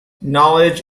knowledge